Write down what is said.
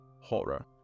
horror